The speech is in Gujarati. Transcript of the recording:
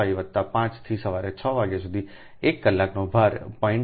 5 વત્તા 5 થી સવારે 6 વાગ્યા સુધી કે 1 કલાકનો ભાર 0